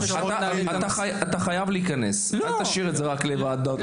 אתה חייב להיכנס, אל תשאיר את זה רק לוועדות.